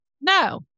No